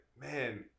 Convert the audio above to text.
man